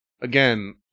Again